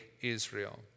Israel